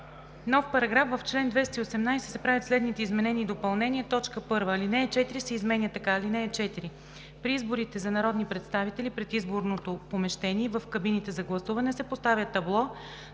„§... В чл. 218 се правят следните изменения и допълнения: 1. Алинея 4 се изменя така: „(4) При изборите за народни представители пред изборното помещение и в кабините за гласуване се поставя табло,